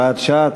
הוראת שעה),